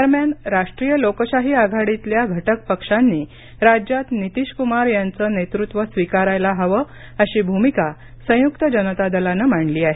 दरम्यान राष्ट्रीय लोकशाही आघाडीतल्या घटक पक्षांनी राज्यात नितीश कुमार यांचं नेतृत्व स्वीकारायला हवं अशी भूमिकासंयुक्त जनता दलानं मांडली आहे